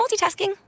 multitasking